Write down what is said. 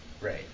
Right